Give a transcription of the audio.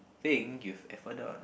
thing you've ever done